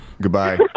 goodbye